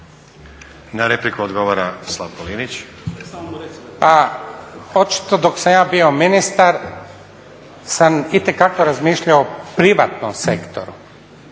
**Linić, Slavko (Nezavisni)** Pa očito dok sam ja bio ministar sam itekako razmišljao o privatnom sektoru